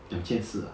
两千四啊